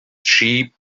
sheep